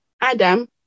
adam